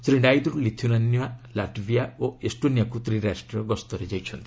Shri Naidu Lithuania Latvia ଓ ଏଷ୍ଟୋନିଆକୁ ତ୍ରିରାଷ୍ଟ୍ରୀୟ ଗସ୍ତରେ ଯାଇଛନ୍ତି